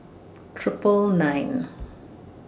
Triple nine